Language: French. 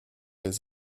les